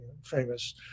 famous